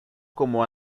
como